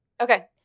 Okay